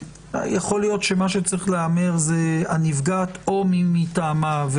יכול להיות שצריך להיאמר: הנפגעת או מי מטעמה,